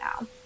now